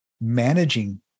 managing